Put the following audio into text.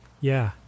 Yeah